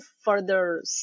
further